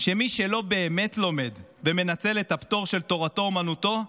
שמי שלא באמת לומד ומנצל את הפטור של תורתו אומנתו,